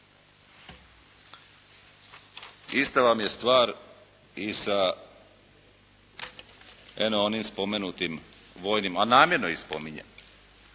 Ista vam je stvar i sa eno onim spomenutim vojnim, a namjerno ih spominjem.